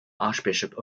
archbishop